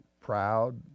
proud